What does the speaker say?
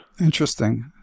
Interesting